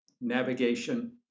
navigation